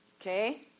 Okay